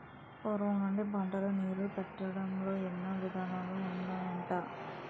పూర్వం నుండి పంటలకు నీళ్ళు పెట్టడంలో ఎన్నో విధానాలు ఉన్నాయట